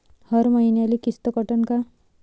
हर मईन्याले किस्त कटन का?